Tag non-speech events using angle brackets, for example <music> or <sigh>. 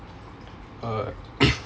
uh <coughs>